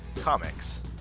Comics